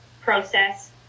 process